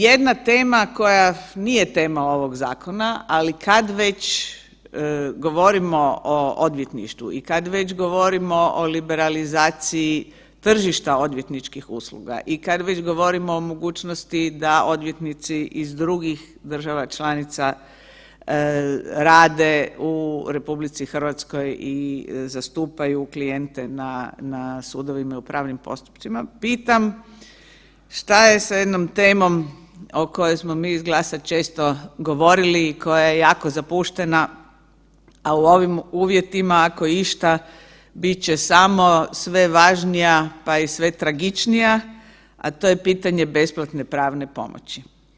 Jedna tema koja nije tema ovog zakona, ali kad već govorimo o odvjetništvu i kad već govorimo o liberalizaciji tržišta odvjetničkih usluga i kad već govorimo o mogućnosti da odvjetnici iz drugih država članica rade u RH i zastupaju klijente na sudovima i u pravnim postupcima, pitam što je sa jednom temom o kojoj smo mi iz GLAS-a često govorili i koja je jako zapuštena, a u ovim uvjetima, ako išta, bit će samo sve važnija, pa i sve tragičnija, a to je pitanje besplatne pravne pomoći.